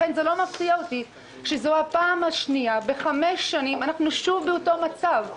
לכן לא מפתיע אותי שזו הפעם השנייה בחמש שנים שאנחנו שוב באותו מצב.